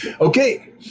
Okay